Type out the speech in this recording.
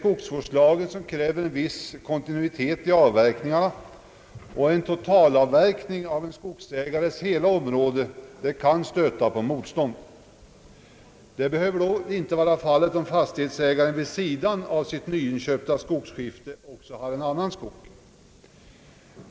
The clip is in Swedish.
Skogsvårdslagen kräver en viss kontinuitet i avverkningarna, och en totalavverkning av en skogsägares hela område kan stöta på motstånd. Detta behöver dock inte vara fallet om fastighetsägaren vid sidan av sitt nyinköpta skogsskifte också har annan skog.